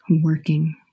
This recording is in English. working